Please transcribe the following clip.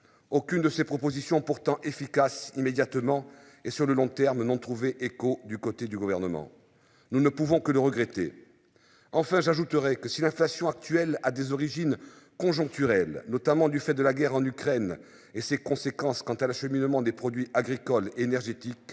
Aucune de ces propositions pourtant efficaces immédiatement et sur le long terme n'ont trouvé écho du côté du gouvernement, nous ne pouvons que le regretter. Enfin, j'ajouterais que si l'inflation actuelle a des origines conjoncturelles, notamment du fait de la guerre en Ukraine et ses conséquences. Quant à l'acheminement des produits agricoles énergétiques.